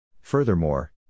Furthermore